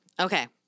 Okay